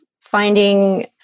finding